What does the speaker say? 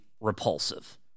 repulsive